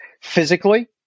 physically